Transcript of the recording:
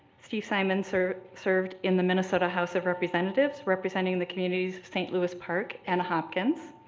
steve simon served served in the minnesota house of representatives, representing the communities of saint louis park and hopkins.